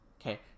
okay